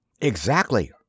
Exactly